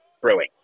Brewing